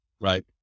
right